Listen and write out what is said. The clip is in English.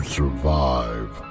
survive